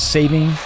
Saving